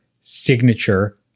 signature